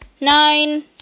nine